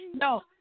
No